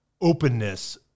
openness